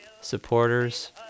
supporters